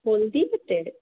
হলদিয়াতে